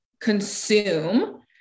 consume